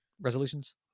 resolutions